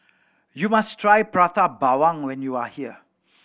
you must try Prata Bawang when you are here